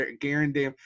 guarantee